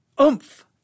oomph